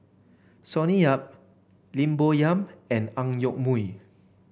Sonny Yap Lim Bo Yam and Ang Yoke Mooi